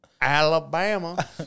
Alabama